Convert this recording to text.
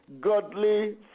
godly